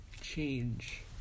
change